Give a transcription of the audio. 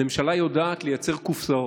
הממשלה יודעת לייצר קופסאות.